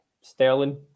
Sterling